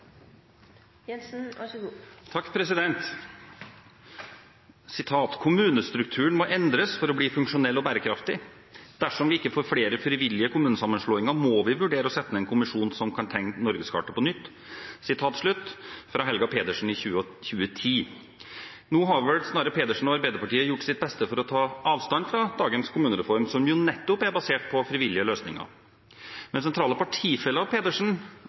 Kommunestrukturen må endres for å bli funksjonell og bærekraftig. Dersom vi ikke får flere frivillige kommunesammenslåinger, må vi vurdere å sette ned en kommisjon som kan tegne norgeskartet på nytt. Nå har vel snarere Pedersen og Arbeiderpartiet gjort sitt beste for å ta avstand fra dagens kommunereform, som nettopp er basert på frivillige løsninger, mens sentrale partifeller av Pedersen,